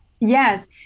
Yes